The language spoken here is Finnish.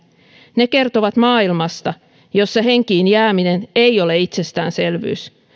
ne kertovat maailmasta jossa henkiin jääminen ei ole itsestäänselvyys